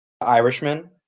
Irishman